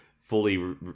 fully